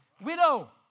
Widow